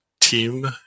team